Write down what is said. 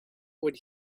would